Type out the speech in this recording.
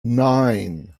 nine